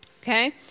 okay